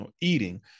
eating